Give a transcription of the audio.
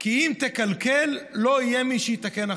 כי אם תקלקל לא יהיה מי שיתקן אחריך.